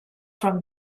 from